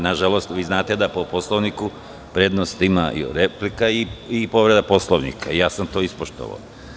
Na žalost znate da po Poslovniku prednost ima replika i povreda Poslovnika i to sam ispoštovao.